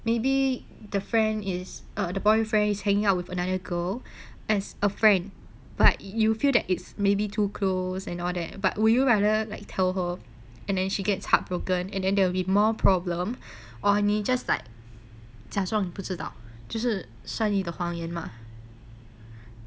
maybe the friend is the boyfriend is hanging out with another girl as a friend but you feel that it's maybe too close and all that but would you rather like tell her and then she gets heartbroken and then there will be more problem or 你 just like 假装不知道这是善意的谎言 mah